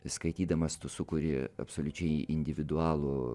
skaitydamas tu sukuri absoliučiai individualų